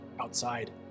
outside